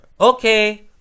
Okay